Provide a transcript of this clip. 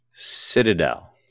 Citadel